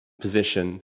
position